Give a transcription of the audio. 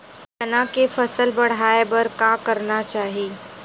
चना के फसल बढ़ाय बर का करना चाही?